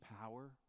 power